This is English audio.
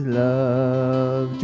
love